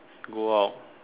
go out